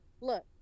Look